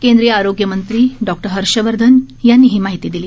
केंद्रीय आरोग्य मंत्री डॉ हर्षवर्धन यांनी ही माहिती दिली